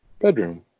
bedroom